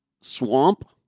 swamp